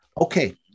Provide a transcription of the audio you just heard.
Okay